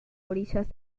orillas